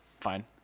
Fine